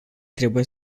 trebuie